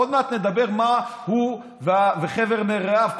עוד מעט נדבר מה הוא וחבר מרעיו,